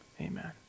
Amen